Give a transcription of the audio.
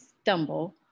stumble